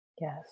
yes